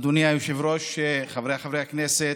אדוני היושב-ראש, חבריי חברי הכנסת,